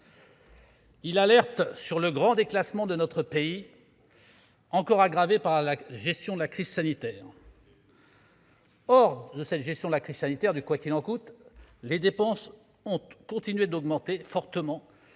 Il alerte sur le grand déclassement de notre pays, encore aggravé par la gestion de la crise sanitaire. Hors de cette gestion de la crise sanitaire, du « quoi qu'il en coûte », les dépenses ont continué d'augmenter fortement,